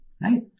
Right